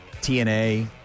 TNA